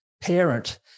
parent